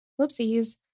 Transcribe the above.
Whoopsies